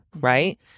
right